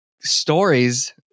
stories